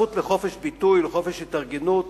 הזכות לחופש ביטוי ולחופש התארגנות,